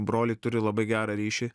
broliai turi labai gerą ryšį